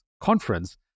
conference